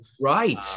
Right